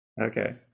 Okay